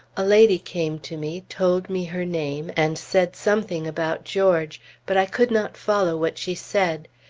a lady came to me, told me her name, and said something about george but i could not follow what she said.